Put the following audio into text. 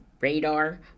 radar